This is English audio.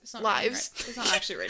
lives